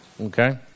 Okay